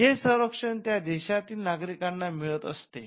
जे संरक्षण त्या देशातील नागरिकांना मिळत असते